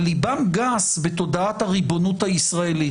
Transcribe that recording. ליבם גס בתודעת הריבונות הישראלית,